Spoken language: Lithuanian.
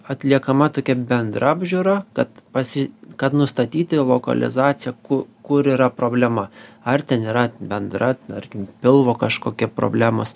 atliekama tokia bendra apžiūra kad pasi kad nustatyti lokalizaciją ku kur yra problema ar ten yra bendra tarkim pilvo kažkokia problemos